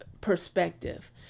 perspective